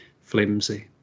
flimsy